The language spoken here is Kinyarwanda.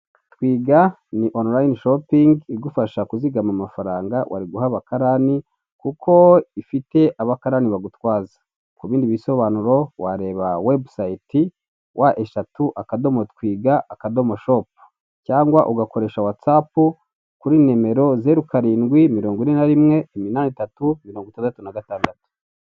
Twiga ni onurayine shopingi igufasha kuzigama amafaranga wariguha abakarani kuko ifite abakarani bagutwaza. Ku bindi bisobanuro wareba webusiti wa eshatu akadomo twiga akadomo shopu cyangwa ugakoresha watsapu kuri nimero zeru karindwi mirongo ine na rimwe iminani itatu mirongo itandatu na gatandatu.